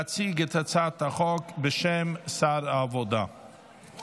הצעת חוק עבודת הנוער (תיקון מס' 22)